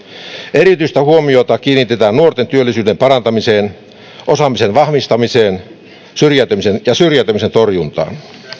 erityistä huomiota kiinnitetään nuorten työllisyyden parantamiseen osaamisen vahvistamiseen ja syrjäytymisen torjuntaan